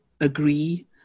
agree